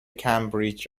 کمبریج